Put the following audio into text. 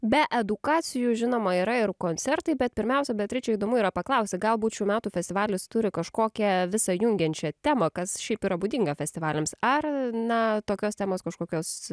be edukacijų žinoma yra ir koncertai bet pirmiausia beatriče įdomu yra paklausi galbūt šių metų festivalis turi kažkokią visą jungiančią temą kas šiaip yra būdinga festivaliams ar na tokios temos kažkokios